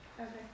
Okay